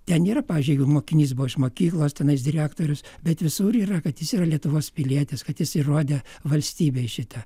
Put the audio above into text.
ten yra pavyzdžiui jeigu mokinys buvo iš mokyklos tenais direktorius bet visur yra kad jis yra lietuvos pilietis kad jis įrodė valstybei šitą